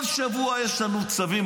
כל שבוע יש לנו צווים,